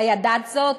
הידעת זאת?